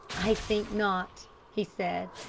i think not, he said,